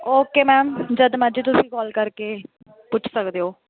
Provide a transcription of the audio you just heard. okay ma'am ਜਦ ਮਰਜ਼ੀ ਤੁਸੀਂ ਕੋਲ ਕਰਕੇ ਪੁੱਛ ਸਕਦੇ ਹੋ